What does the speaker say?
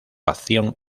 acción